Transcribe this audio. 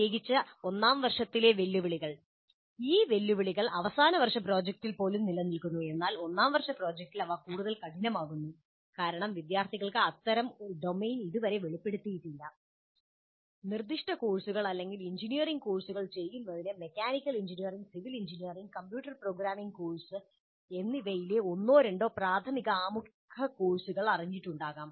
പ്രത്യേകിച്ച് ഒന്നാം വർഷത്തിലെ വെല്ലുവിളികൾ ഈ വെല്ലുവിളികൾ അവസാന വർഷ പ്രോജക്റ്റിൽ പോലും നിലനിൽക്കുന്നു എന്നാൽ ഒന്നാം വർഷ പ്രോജക്റ്റിൽ അവ കൂടുതൽ കഠിനമാവുന്നു കാരണം വിദ്യാർത്ഥികൾക്ക് അത്തരം ഡൊമെയ്ൻ ഇതുവരെ വെളിപ്പെടുത്തിയിട്ടില്ല നിർദ്ദിഷ്ട കോഴ്സുകൾ അല്ലെങ്കിൽ എഞ്ചിനീയറിംഗ് കോഴ്സുകൾ ചെയ്യുന്നതിന് mechanical engineering civil engineering computer programming course എന്നിവയിലെ ഒന്നോ രണ്ടോ പ്രാഥമിക ആമുഖ കോഴ്സുകൾ അറിഞ്ഞിട്ടുണ്ടാകാം